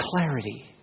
clarity